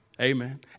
amen